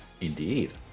Indeed